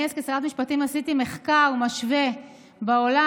אני אז כשרת משפטים עשיתי מחקר משווה בעולם,